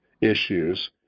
issues